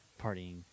partying